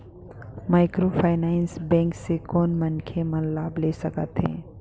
Microfinance bank से कोन मनखे मन लाभ ले सकथे?